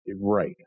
Right